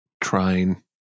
trying